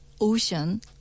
ocean